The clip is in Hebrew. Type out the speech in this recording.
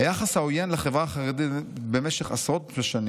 "היחס העוין לחברה החרדית במשך עשרות בשנים